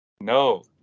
No